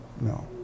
no